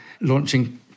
launching